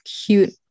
cute